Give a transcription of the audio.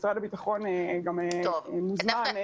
משרד הביטחון מוזמן להשלים את התקציב.